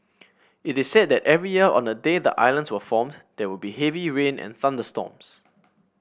it is said that every year on the day the islands were formed there would be heavy rain and thunderstorms